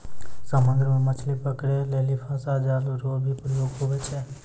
समुद्र मे मछली पकड़ै लेली फसा जाल रो भी प्रयोग हुवै छै